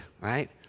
right